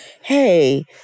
hey